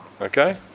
Okay